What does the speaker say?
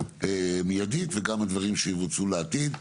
מיידית וגם על דברים שיבוצעו לעתיד.